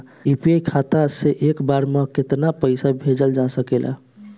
UPI खाता से एक बार म केतना पईसा भेजल जा सकेला?